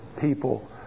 people